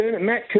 Matt